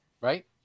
right